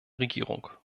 regierung